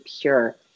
pure